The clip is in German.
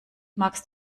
magst